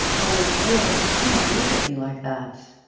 oh, will, do not look at me like that!